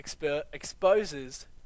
exposes